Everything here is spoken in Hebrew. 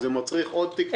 זה מצריך עוד תקצוב.